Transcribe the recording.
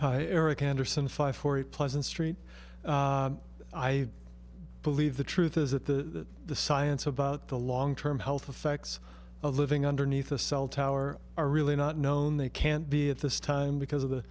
yes eric anderson five forty pleasant street i believe the truth is that the the science about the long term health effects of living underneath a cell tower are really not known they can't be at this time because of